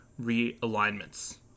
realignments